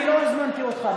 אני לא הזמנתי אותך.